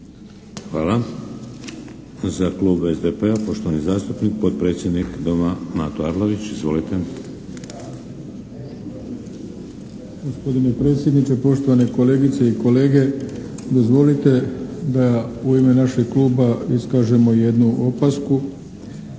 Hvala. Za Klub SDP-a, poštovani zastupnik, potpredsjednik Doma, Mato Arlović. Izvolite. **Arlović, Mato (SDP)** Gospodine predsjedniče, poštovane kolegice i kolege. Dozvolite da u ime našeg Kluba iskažemo jednu opasku